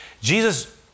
Jesus